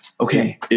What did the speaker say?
Okay